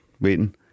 waiting